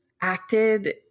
acted